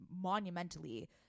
monumentally